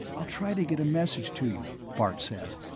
i'll try to get a message to you, bart said,